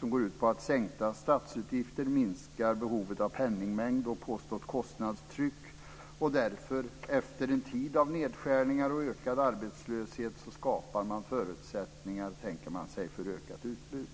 och går ut på att sänkta statsutgifter minskar behovet av penningmängd och påstått kostnadstryck. Därför skapar man efter en tid av nedskärningar och ökad arbetslöshet förutsättningar, tänker man sig, för ett ökat utbud.